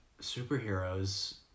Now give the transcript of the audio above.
superheroes